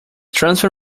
transfer